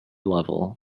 level